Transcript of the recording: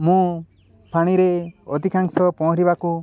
ମୁଁ ପାଣିରେ ଅଧିକାଂଶ ପହଁରିବାକୁ